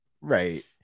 Right